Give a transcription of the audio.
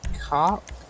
cop